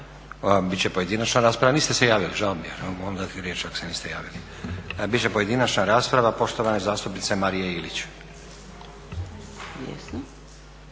će pojedinačna rasprava. Niste se javili, žao mi je. Ne mogu vam dati riječ ako se niste javili. Bit će pojedinačna rasprava, poštovane zastupnice Marije Ilić.